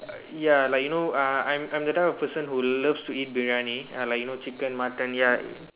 ya like you know uh I'm I'm that type of person who loves to eat biryani uh like you know chicken mutton ya